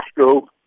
school